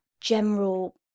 general